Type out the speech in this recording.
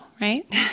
right